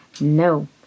no